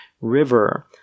River